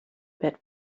bit